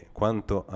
quanto